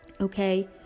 Okay